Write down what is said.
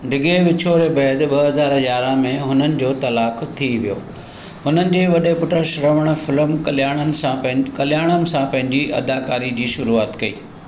डिघे विछोड़े बैदि ॿ हज़ार यारहं में हुननि जो तलाक़ थी वियो हुननि जे वडे॒ पुटु श्रवण फिल्म कल्याणम सां पें कल्याणम सां पंहिंजी अदाकारी जी शुरुआति कई